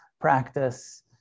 practice